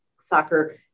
soccer